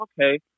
okay